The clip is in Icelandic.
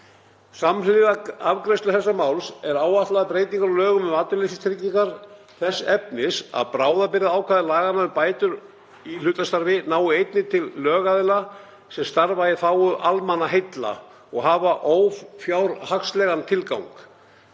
Samhliða afgreiðslu þessa máls eru áætlaðar breytingar á lögum um atvinnuleysistryggingar þess efnis að bráðabirgðaákvæði laganna um bætur í hlutastarfi nái einnig til lögaðila sem starfa í þágu almannaheilla og hafa ófjárhagslegan tilgang.